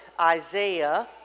Isaiah